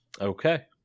Okay